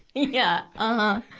yeah, uh-huh.